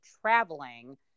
traveling